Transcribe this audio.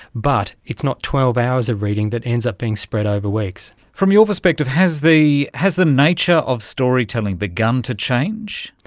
but it's not twelve hours of reading that ends up being spread over weeks. from your perspective has the has the nature of storytelling begun to change?